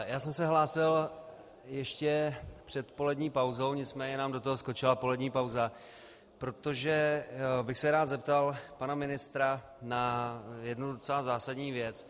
Já jsem se hlásil ještě před polední pauzou, nicméně nám do toho skočila polední pauza, protože bych se rád zeptal pana ministra na jednu docela zásadní věc.